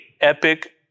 epic